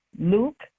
luke